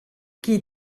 qui